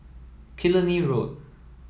Killiney Road